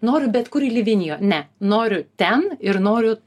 noriu bet kur į livinją ne noriu ten ir noriu